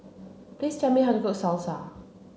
please tell me how to cook Salsa